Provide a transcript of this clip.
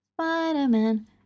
Spider-Man